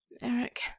eric